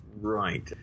Right